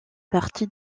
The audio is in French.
partie